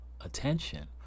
attention